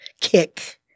kick